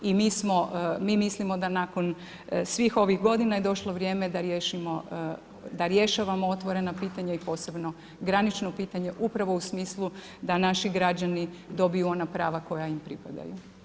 I mi mislimo da nakon svih ovih godina je došlo vrijeme da rješavamo otvorena pitanja i posebno granično pitanje upravo u smislu da naši građani dobiju ona prava koja im pripadaju.